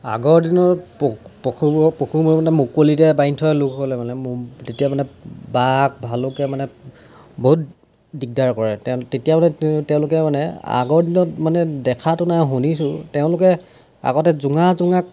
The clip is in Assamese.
আগৰ দিনত পশু পশুবোৰ মানে মুকলিতে বান্ধি থয় মানে লোকসকলে এতিয়া মানে বাঘ ভালুকে মানে বহুত দিগদাৰ কৰে তেতিয়া মানে তেওঁলোকে মানে আগৰ দিনত মানে দেখাটো নাই শুনিছোঁ তেওঁলোকে আগতে জোঙা জোঙা